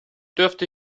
dürfte